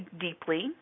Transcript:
deeply